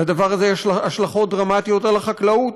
לדבר הזה יש השלכות דרמטיות על החקלאות,